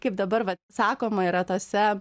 kaip dabar vat sakoma yra tose